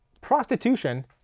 Prostitution